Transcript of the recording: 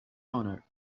owner